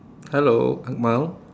hello mile